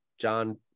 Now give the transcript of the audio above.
John